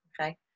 Okay